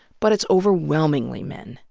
but it's overwhelmingly men.